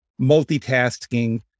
multitasking